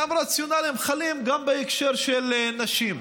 אותם רציונלים חלים גם בהקשר של נשים.